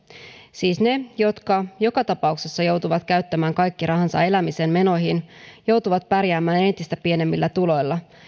siis ne jotka joka tapauksessa joutuvat käyttämään kaikki rahansa elämisen menoihin joutuvat pärjäämään entistä pienemmillä tuloilla